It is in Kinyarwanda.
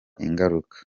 ingaruka